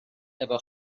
efo